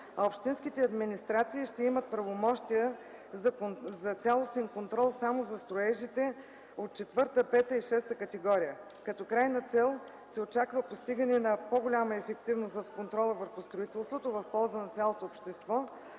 общинските администрации ще имат правомощия за цялостен контрол само за строежите от четвърта, пета и шеста категория. Като крайна цел се очаква постигане на по-голяма ефективност в контрола върху строителството в полза на цялото общество,